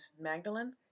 Magdalene